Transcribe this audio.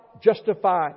Justify